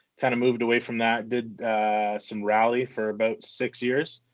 kind of moved away from that. did some rally for about six years,